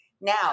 now